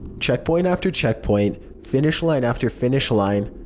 checkpoint after checkpoint, finish line after finish line,